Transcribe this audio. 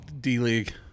D-League